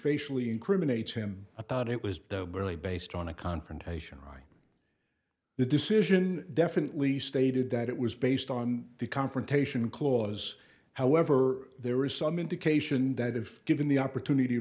facially incriminate him i thought it was really based on a confrontation i the decision definitely stated that it was based on the confrontation clause however there is some indication that if given the opportunity